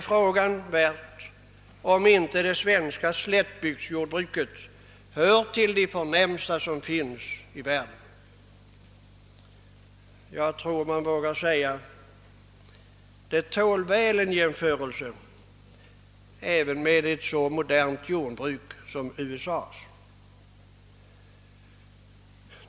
Fråga är, om inte det svenska slättbygdsjordbruket hör till de förnämsta som finns i världen. Jag tror att man vågar påstå att det väl tål en jämförelse även med ett så modernt jordbruk som USA:s.